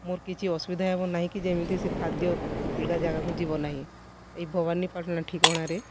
ମୋର କିଛି ଅସୁବିଧା ହେବ ନାହିଁ କି ଯେମିତି ସେ ଖାଦ୍ୟ ଅଲଗା ଜାଗାକୁ ଯିବ ନାହିଁ ଏଇ ଭବାନୀପାଟଣା ଠିକଣାରେ